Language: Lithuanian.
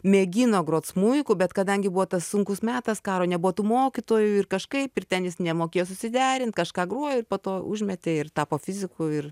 mėgino grot smuiku bet kadangi buvo tas sunkus metas karo nebuvo tų mokytojų ir kažkaip ir ten jis nemokėjo susiderint kažką grojo ir po to užmetė ir tapo fiziku ir